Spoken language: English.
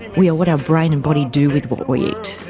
we are what our brain and body do with what we eat.